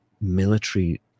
military